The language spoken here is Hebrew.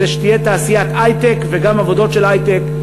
כדי שתהיה תעשיית היי-טק וגם עבודות של היי-טק.